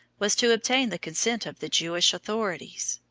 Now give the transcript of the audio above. was to obtain the consent of the jewish authorities.